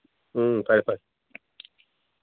ꯎꯝ ꯐꯔꯦ ꯐꯔꯦ